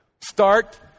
Start